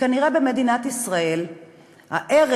חברי חברי הכנסת, חברי לשדולה אילן